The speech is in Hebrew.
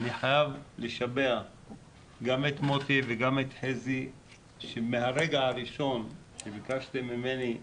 אני חייב לשבח גם את מוטי וגם את חזי שמהרגע הראשון שביקשתם ממני להשיב,